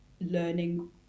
learning